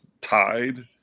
tied